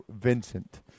Vincent